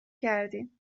کردیم